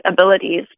abilities